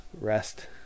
rest